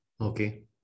Okay